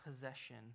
possession